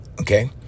okay